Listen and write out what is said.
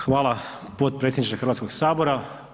Hvala potpredsjedniče Hrvatskog sabora.